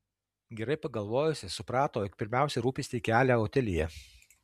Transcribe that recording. gerai pagalvojusi suprato jog pirmiausia rūpestį kelia otilija